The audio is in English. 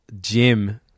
Jim